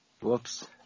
Whoops